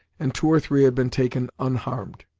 and two or three had been taken unharmed.